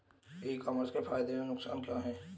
ई commerce के फायदे एवं नुकसान क्या हैं?